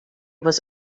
was